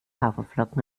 haferflocken